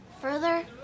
Further